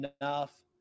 enough